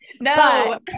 No